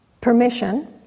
permission